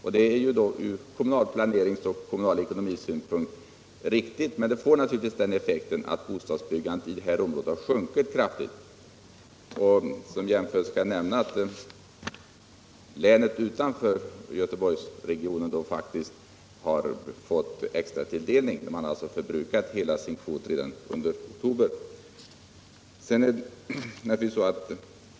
Från kommunal planeringsoch ekonomisynpunkt är detta naturligtvis riktigt, men det får också effekten att bostadsbyggandet i de här områdena minskat kraftigt. Som jämförelse kan jag nämna att län utanför Göteborgsregionen fått extra tilldelning. De har förbrukat hela sin kvot redan under oktober.